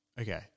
Okay